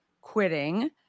quitting